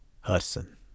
Hudson